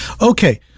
Okay